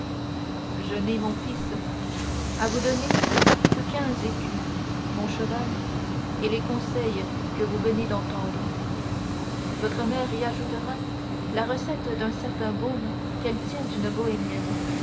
je n'ai mon fils à vous donner que quinze écus mon cheval et les conseils que vous venez d'entendre votre mère y ajoutera la recette d'un certain baume qu'elle tient d'une bohémienne